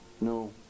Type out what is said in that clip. No